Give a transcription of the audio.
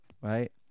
right